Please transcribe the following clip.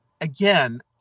again